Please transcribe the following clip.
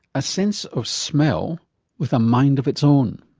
a sense of smell with a mind of its own.